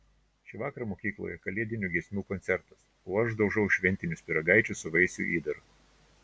šįvakar mokykloje kalėdinių giesmių koncertas o aš daužau šventinius pyragaičius su vaisių įdaru